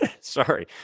Sorry